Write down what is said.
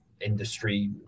industry